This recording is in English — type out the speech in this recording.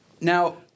Now